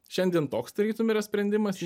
šiandien toks tarytum yra sprendimas